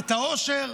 את האושר,